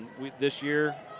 this year,